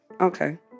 okay